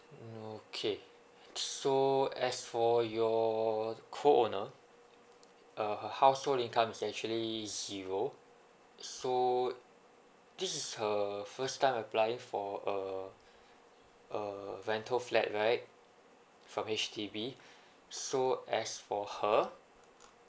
okay so as for your co owner her household income is actually zero so this is her first time applying for a uh rental flat right from H_D_B so as for her